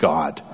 God